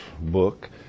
book